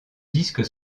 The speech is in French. disques